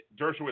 Dershowitz